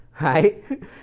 right